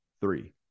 three